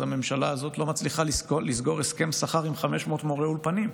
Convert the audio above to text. והממשלה הזאת לא מצליחה לסגור הסכם שכר עם 500 מורי אולפנים.